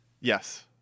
Yes